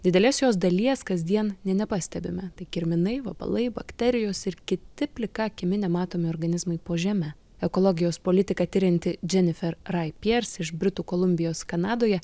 didelės jos dalies kasdien nė nepastebime tai kirminai vabalai bakterijos ir kiti plika akimi nematomi organizmai po žeme ekologijos politiką tirianti dženifer rai pers iš britų kolumbijos kanadoje